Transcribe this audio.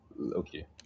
okay